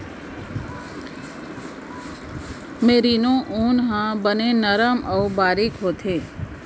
merino ऊन ह बने नरम अउ तारीक होथे